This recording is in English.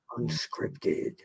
unscripted